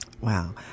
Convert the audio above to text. Wow